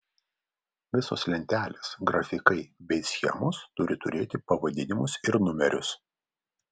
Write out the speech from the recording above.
visos lentelės grafikai bei schemos turi turėti pavadinimus ir numerius